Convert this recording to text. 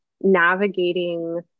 navigating